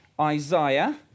Isaiah